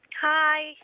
Hi